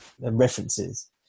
references